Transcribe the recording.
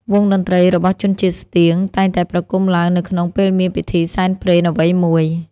វង់តន្ដ្រីរបស់ជនជាតិស្ទៀង តែងតែប្រគំឡើងនៅក្នុងពេលមានពិធីសែនព្រេនអ្វីមួយ។